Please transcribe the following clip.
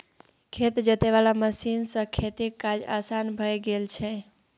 खेत जोते वाला मशीन सँ खेतीक काज असान भए गेल छै